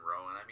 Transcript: Rowan